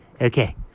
Okay